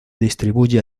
distribuye